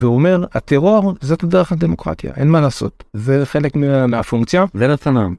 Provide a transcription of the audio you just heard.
והוא אומר, הטרור זאת דרך הדמוקרטיה, אין מה לעשות, זה חלק מהפונקציה ולתנאם.